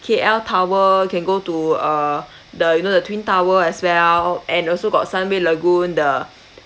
K_L tower can go to err the you know the twin tower as well and also got sunway lagoon the